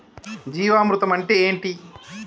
జీవామృతం అంటే ఏంటి?